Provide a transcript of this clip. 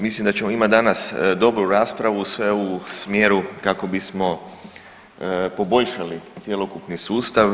Mislim da ćemo imati danas dobru raspravu, sve u smjeru kako bismo poboljšali cjelokupni sustav.